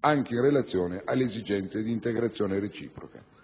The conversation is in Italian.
anche in relazione alle esigenze di integrazione reciproca,